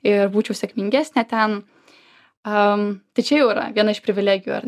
ir būčiau sėkmingesnė ten am tai čia jau yra viena iš privilegijų ar